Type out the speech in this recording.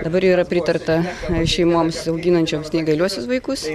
dabar yra pritarta šeimoms auginančioms neįgaliuosius vaikus